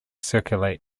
circulate